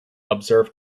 observe